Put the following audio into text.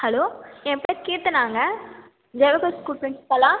hello என் பெயர் கீர்த்தனாங்க ஜவஹர் ஸ்கூல் ப்ரின்ஸ்பலா